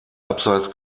abseits